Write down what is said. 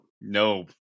No